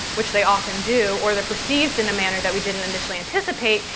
which they often do, or they're perceived in a manner that we didn't initially anticipate,